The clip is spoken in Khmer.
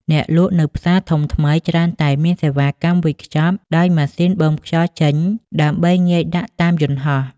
អ្នកលក់នៅផ្សារធំថ្មីច្រើនតែមានសេវាកម្មវេចខ្ចប់ដោយម៉ាស៊ីនបូមខ្យល់ចេញ ដើម្បីងាយដាក់តាមយន្តហោះ។